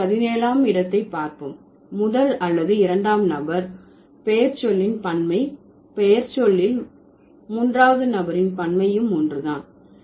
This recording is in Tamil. இப்போது பதினேழாம் இடத்தை பார்ப்போம் முதல் அல்லது இரண்டாம் நபர் பெயர்ச்சொல்லின் பன்மை பெயர் சொல்லில் மூன்றாவது நபரின் பன்மையும் ஒன்று தான்